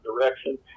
direction